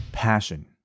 passion